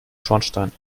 schornstein